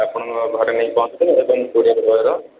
ଆପଣଙ୍କ ଘରେ ନେଇକି ପହଞ୍ଚେଇ ଦେବେ କୋରିୟର୍ ବୟର